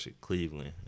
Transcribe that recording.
Cleveland